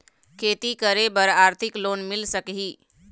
खेती करे बर आरथिक लोन मिल सकही?